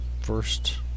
first